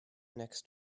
next